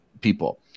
people